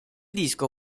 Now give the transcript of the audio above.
disco